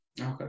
Okay